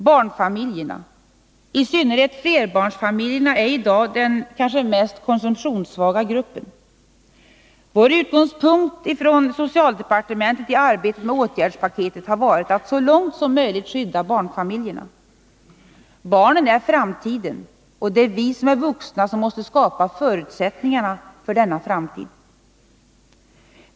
Barnfamiljerna, i synnerhet flerbarnsfamiljerna, är i dag den kanske mest konsumtionssvaga gruppen. Vi har i socialdepartementet som utgångspunkt för vårt arbete med åtgärdspaketet haft att så långt som möjligt skydda barnfamiljerna. Barnen är framtiden, och det är vi vuxna som måste skapa förutsättningarna för denna framtid.